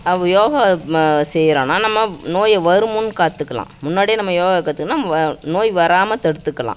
அவ் யோகா செய்கிறானா நம்ம நோயை வரும்முன் காத்துக்கலாம் முன்னாடியே நம்ம யோகா கற்றுக்குனா வ நோய் வராமல் தடுத்துக்கலாம்